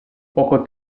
poco